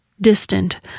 distant